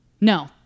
No